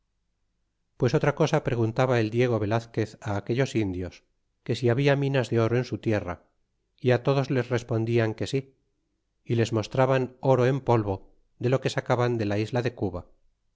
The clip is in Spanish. pues otra cosa preguntaba el diego velazquez aquellos indios que si habla minas de oro en su tierra y todos les respondian que si y les mostraban oro en polvo de lo que sacaban en la isla de cuba